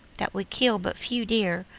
that we kill but few deer,